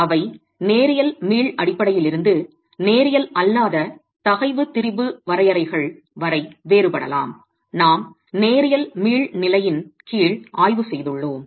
அவை நேரியல் மீள் அடிப்படையிலிருந்து நேரியல் அல்லாத தகைவு திரிபு வரையறைகள் வரை வேறுபடலாம் நாம் நேரியல் மீள் நிலையின் கீழ் ஆய்வு செய்துள்ளோம்